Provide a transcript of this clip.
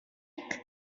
like